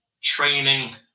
training